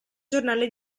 giornale